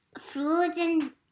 frozen